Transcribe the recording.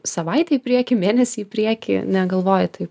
savaitę į priekį mėnesį į priekį negalvoji taip